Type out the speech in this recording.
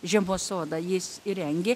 žiemos sodą jis įrengė